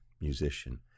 musician